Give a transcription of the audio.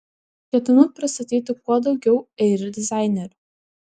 ketinu pristatyti kuo daugiau airių dizainerių